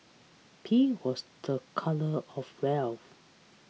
pink was the colour of wealth